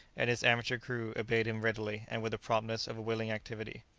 and his amateur crew obeyed him readily, and with the promptness of a willing activity.